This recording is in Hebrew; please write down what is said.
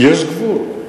יש גבול.